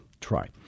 try